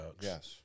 Yes